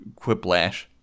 Quiplash